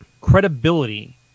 credibility